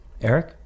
Eric